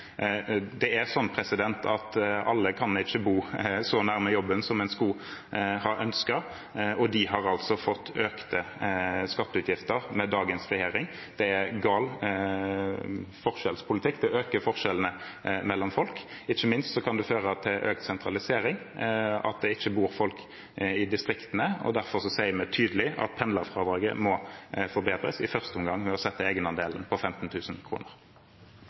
Alle kan ikke bo så nærme jobben som de skulle ønsket, og de har fått økte skatteutgifter med dagens regjering. Det er gal forskjellspolitikk, det øker forskjellene mellom folk. Ikke minst kan det føre til økt sentralisering, at det ikke bor folk i distriktene. Derfor sier vi tydelig at pendlerfradraget må forbedres, i første omgang ved å sette egenandelen